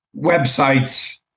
Websites